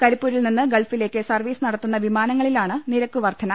കരിപ്പൂരിൽ നിന്ന് ഗൾഫിലേക്ക് സർവീസ് നടത്തുന്ന വിമാനങ്ങളിലാണ് നിരക്കു വർദ്ധന